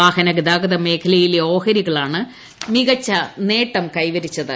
വാഹന ഗതാഗതമേഖലയിലെ ഓഹരികളാണ് മിക്ച്ചനേട്ടം കൈവരിച്ചത്